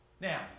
Now